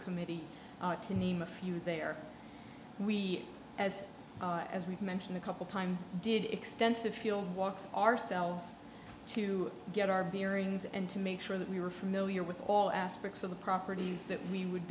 committee to name a few there and we as as we've mentioned a couple times did extensive field walks ourselves to get our bearings and to make sure that we were familiar with all aspects of the properties that we would